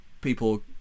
people